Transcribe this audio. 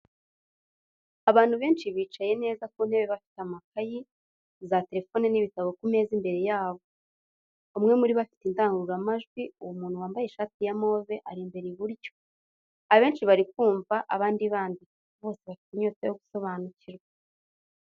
Abantu benshi bicaye neza ku ntebe bafite amakayi, za telefone n'ibitabo ku meza imbere yabo. Umwe muri bo afite indangururamajwi, uwo muntu wambaye ishati ya move ari imbere iburyo, Abenshi bari kumva, abandi bandika bose bafite inyota yo gusobanukirwa.